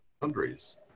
boundaries